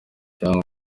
cyangwa